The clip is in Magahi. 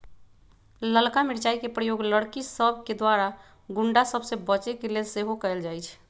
ललका मिरचाइ के प्रयोग लड़कि सभके द्वारा गुण्डा सभ से बचे के लेल सेहो कएल जाइ छइ